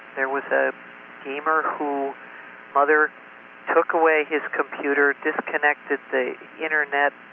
there was a gamer whose mother took away his computer, disconnected the internet,